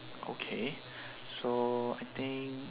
okay so I think